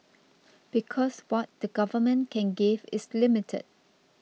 because what the government can give is limited